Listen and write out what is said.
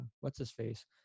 what's-his-face